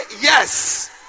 yes